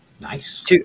Nice